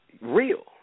real